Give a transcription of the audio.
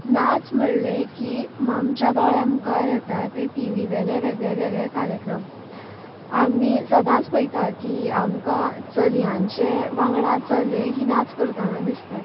नाच म्हळें की आमच्या दोळ्या मुखार येता तें टी वी वेले वेगळ वेगळे कार्यक्रम आमी सदांच पळयता की आमकां चलयाचे वांगडा चले ही नाच करतना दिसतात